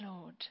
Lord